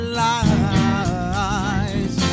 lies